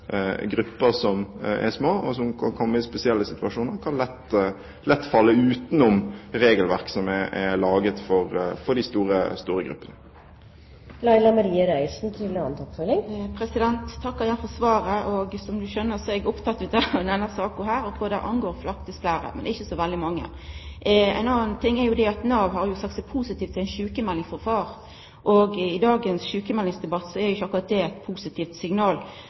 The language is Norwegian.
grupper som er små, og som kommer i spesielle situasjoner, lett kan falle utenom regelverket som er laget for de store gruppene. Eg takkar igjen for svaret. Som statsråden skjønar er eg oppteken av denne saka, og den angår faktisk fleire, men ikkje så veldig mange. Ein annan ting er at Nav har sagt seg positiv til ei sjukmelding frå far, og i dagens sjukmeldingsdebatt er jo ikkje det akkurat eit positivt signal.